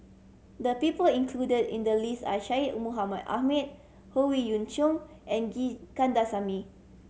the people included in the list are Syed Mohamed Ahmed Howe Yoon Chong and G Kandasamy